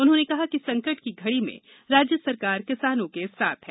उन्होंने कहा कि संकट की घड़ी में राज्य सरकार किसानों के साथ है